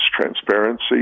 transparency